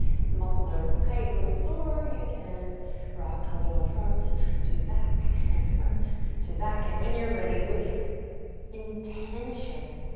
if the muscles are a little tight, little sore you can rock a little front to back, and front to back. and when you're ready with intention,